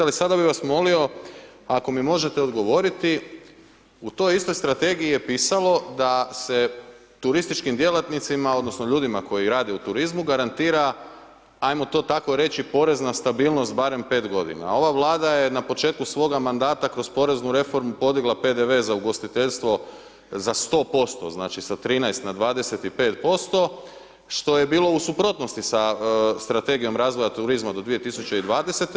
Ali sada bi vas molio ako mi možete odgovoriti, u toj istoj strategiji je pisalo da se turističkim djelatnicima odnosno ljudima koji rade u turizmu garantira, ajmo to tako reći porezna stabilnost barem 5 godina, a Vlada je na početku svoga mandata kroz poreznu reformu podigla PDV za ugostiteljstvo za 100%, znači sa 13 na 25%, što je bilo u suprotnosti sa strategijom razvoja turizma do 2020.